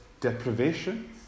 deprivation